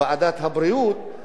וזה יבוא.